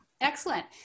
Excellent